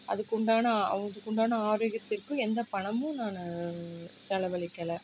அதற்குண்டான அவங்களுக்கு உண்டான ஆரோக்கியத்திற்கும் எந்த பணமும் நான் செலவழிக்கலை